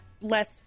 less